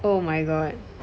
oh my god